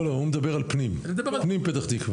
הוא מדבר על פנים פתח תקווה.